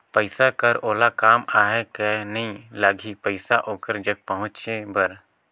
पइसा कर ओला काम आहे कये दिन लगही पइसा ओकर जग पहुंचे बर?